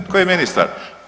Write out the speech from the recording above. Tko je ministar?